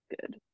good